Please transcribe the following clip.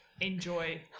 Enjoy